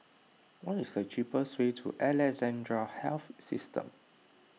what is the cheapest way to Alexandra Health System